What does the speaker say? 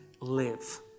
live